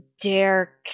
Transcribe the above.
dare